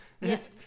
Yes